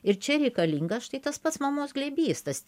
ir čia reikalingas štai tas pats mamos glėbys tas